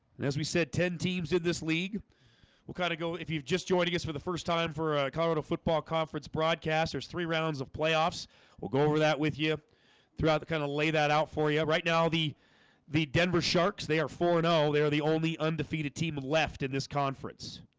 and as we said ten teams in this league will kind of go if you've just joined us for the first time for colorado football conference broadcast. there's three rounds of playoffs we'll go over that with you throughout the kind of lay that out for you right now the the denver sharks, they are for know they're the only undefeated team left in this conference